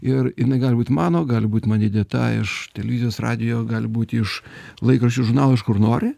ir jinai gali būti mano gali būt man įdėta iš televizijos radijo gali būti iš laikraščių žurnalų iš kur nori